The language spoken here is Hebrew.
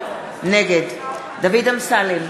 נגד דוד אמסלם,